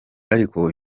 ariko